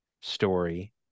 story